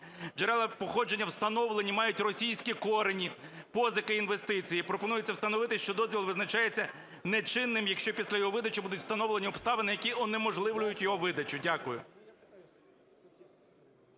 джерела походження встановлені мають російські корені, позики, інвестиції. І пропонується встановити, що дозвіл визначається не чинним, якщо після його видачі будуть встановлені обставини, які унеможливлюють його видачу. Дякую.